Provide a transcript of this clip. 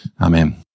Amen